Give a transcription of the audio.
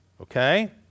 Okay